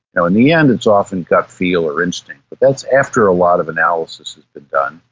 in the end it's often gut feel or instinct, but that's after a lot of analysis has been done.